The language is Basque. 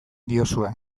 diozue